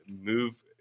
move